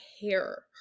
hair